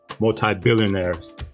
multi-billionaires